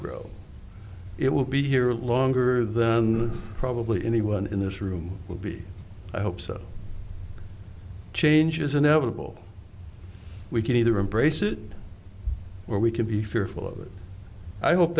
grow it will be here longer or the probably anyone in this room will be i hope so change is inevitable we can either embrace it or we can be fearful of it i hope